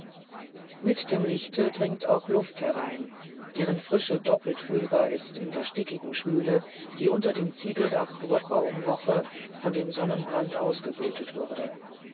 mit dem lichte dringt auch luft herein deren frische doppelt fühlbar ist in der stickigen schwüle die unter dem ziegeldach woche um woche von dem sonnenbrand ausgebrütet wurde